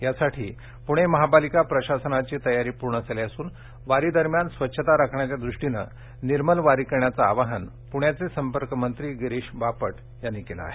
यासाठी पुणे महापालिका प्रशासनाची तयारी पूर्ण झाली असून वारी दरम्यान स्वच्छता राखण्याच्या द्रष्टीनं निर्मल वारी करण्याचं आवाहन प्ण्याचे संपर्क मंत्री गिरीश बापट यांनी केलं आहे